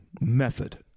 method